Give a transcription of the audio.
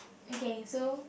okay so